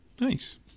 Nice